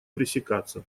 пресекаться